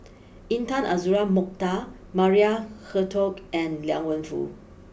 Intan Azura Mokhtar Maria Hertogh and Liang Wenfu